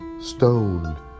stone